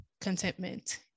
contentment